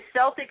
Celtics